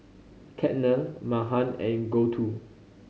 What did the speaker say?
Ketna Mahan and Gouthu